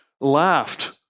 laughed